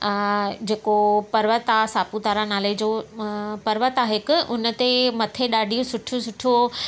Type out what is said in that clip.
अ जेको पर्वत आहे सापूतारा नाले जो अ पर्वत आहे हिकु हिन ते मथे ॾाढियूं सुठियूं सुठो